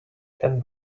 can